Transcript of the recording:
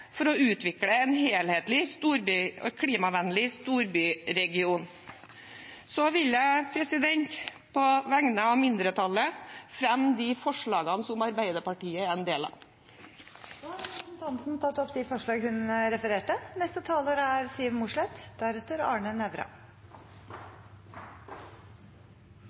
for å utvikle en helhetlig klimavennlig storbyregion. Så vil jeg på vegne av mindretallet ta opp de forslagene som Arbeiderpartiet er en del av. Representanten Kirsti Leirtrø har tatt opp de forslagene hun refererte